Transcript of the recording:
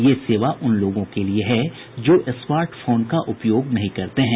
ये सेवा उन लोगों के लिए है जो स्मार्ट फोन का उपयोग नहीं करते हैं